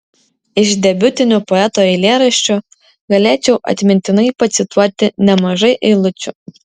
iš debiutinių poeto eilėraščių galėčiau atmintinai pacituoti nemažai eilučių